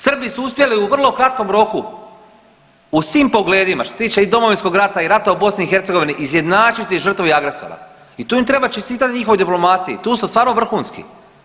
Srbi su uspjeli u vrlo kratkom roku u svim pogledima što se tiče i Domovinskog rata i rata u BiH izjednačiti žrtvu i agresora i tu im treba čestitati njihovoj diplomaciji, tu su stvarno vrhunski.